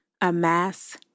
amass